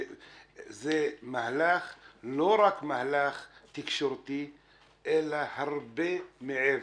זה לא רק מהלך תקשורתי אלא הרבה מעבר,